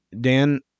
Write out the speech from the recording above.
Dan